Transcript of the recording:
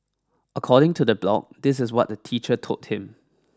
according to the blog this is what the teacher told him